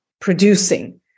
producing